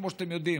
כמו שאתם יודעים.